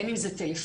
בין אם זה טלפוני,